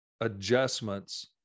adjustments